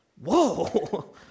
Whoa